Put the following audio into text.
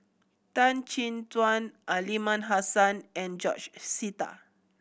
Tan Chin Tuan Aliman Hassan and George Sita